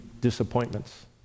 disappointments